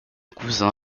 cousin